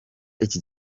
iki